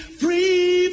free